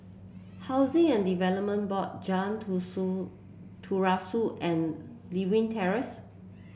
Housing and Development Board Jan Tu Su Terusan and Lewin Terrace